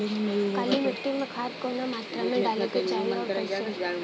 काली मिट्टी में खाद कवने मात्रा में डाले के चाही अउर कइसे?